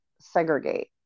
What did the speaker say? segregate